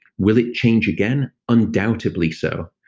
will it change again? undoubtedly so.